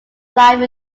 life